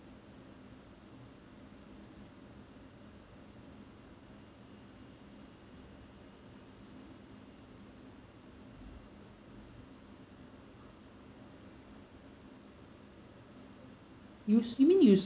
you you mean you